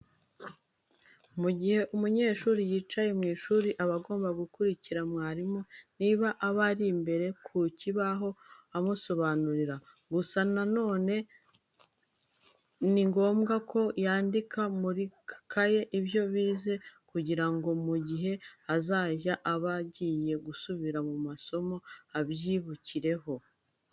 Mu gihe umunyeshuri yicaye mu ishuri aba agomba gukurikira mwarimu niba aba ari mbere ku kibaho amusobanurira. Gusa na none ni ngombwa ko yandika muri make ibyo bize kugira ngo mu gihe azajya aba agiye gusubira mu masomo abyibukireho.